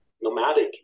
nomadic